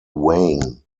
wayne